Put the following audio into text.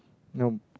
no